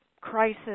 crisis